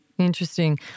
interesting